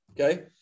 okay